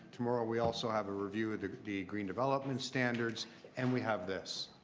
tomorrow we also have a review of the green development standards and we have this.